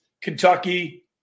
Kentucky